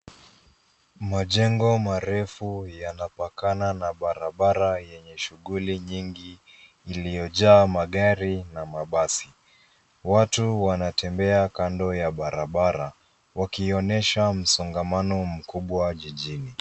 Majengo marefu yanapakana na barabara yenye shughuli nyingi iliyojaa magari na mabasi. Watu wanatembea kando ya barabara wakionesha msongamano mkubwa jijini.